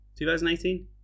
2018